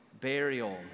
burial